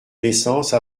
naissance